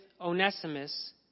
onesimus